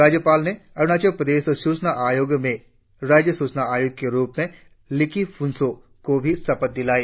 राज्यपाल ने अरुणाचल प्रदेश सूचना आयोग में राज्य सूचना आयुक्त के रुप में लीकी फुनत्सो को भी शपथ दिलाई